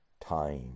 time